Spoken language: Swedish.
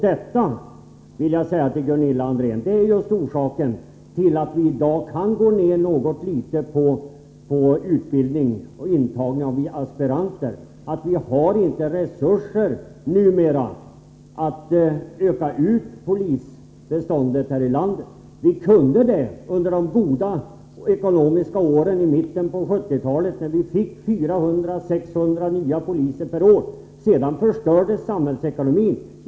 Detta, vill jag säga till Gunilla André, är just orsaken till att vi i dag kan gå ned något litet när det gäller utbildning och intagning av aspiranter: Vi har inte resurser numera till att öka polisbeståndet här i landet. Vi kunde göra det under de ekonomiskt goda åren i mitten på 1970-talet, när vi fick 400-600 nya poliser per år. Sedan förstördes samhällsekonomin.